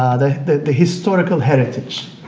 ah the the historical heritage.